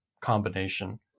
combination